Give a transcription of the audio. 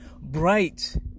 bright